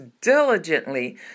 diligently